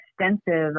extensive